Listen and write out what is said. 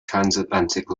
transatlantic